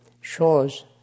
shows